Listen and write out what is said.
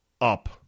up